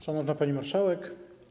Szanowna Pani Marszałek!